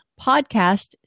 podcast